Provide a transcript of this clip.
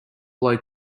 blow